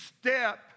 step